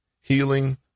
healing